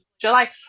july